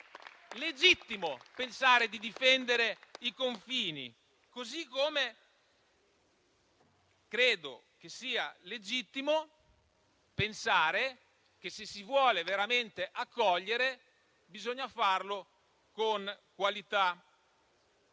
legittimo pensare di difendere i confini, così come credo che sia legittimo pensare che, se si vuole veramente accogliere, bisogna farlo con qualità.